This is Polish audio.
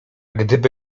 gdyby